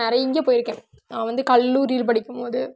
நிறைய போயிருக்கேன் நான் வந்து கல்லூரியில படிக்கும்போது